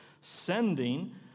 sending